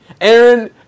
Aaron